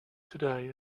today